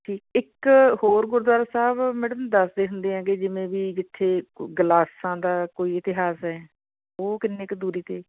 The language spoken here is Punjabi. ਠੀ ਇੱਕ ਹੋਰ ਗੁਰਦੁਆਰਾ ਸਾਹਿਬ ਮੈਡਮ ਦੱਸਦੇ ਹੁੰਦੇ ਆ ਕਿ ਜਿਵੇਂ ਵੀ ਜਿੱਥੇ ਕ ਗਲਾਸਾਂ ਦਾ ਕੋਈ ਇਤਿਹਾਸ ਹੈ ਉਹ ਕਿੰਨੀ ਕੁ ਦੂਰੀ 'ਤੇ ਹੈ